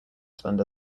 spend